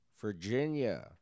Virginia